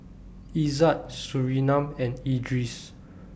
Izzat Surinam and Idris